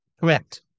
Correct